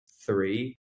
three